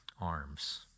arms